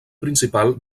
principal